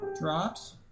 drops